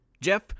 Jeff